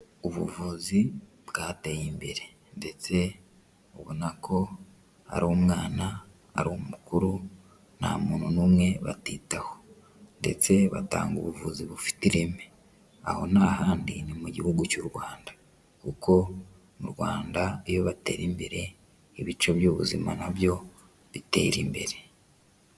Ubuvuzi bwateye imbere ndetse ubona ko ari umwana, ari umukuru, nta muntu n'umwe batitaho ndetse batanga ubuvuzi bufite ireme. Aho nta handi ni mu gihugu cy'u Rwanda kuko mu Rwanda iyo batera imbere, ibice by'ubuzima na byo bitera imbere.